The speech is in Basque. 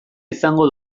izango